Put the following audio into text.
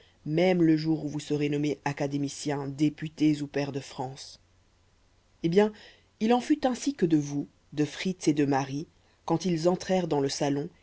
même le jour où vous serez nommés académiciens députés ou pairs de france eh bien il en fut ainsi que de vous de fritz et de marie quand ils entrèrent dans le salon